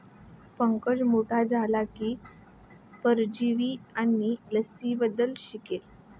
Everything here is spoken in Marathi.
पंकज मोठा झाला की परजीवी आणि लसींबद्दल शिकेल